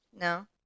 no